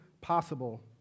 possible